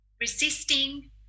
resisting